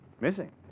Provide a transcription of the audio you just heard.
Missing